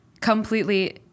completely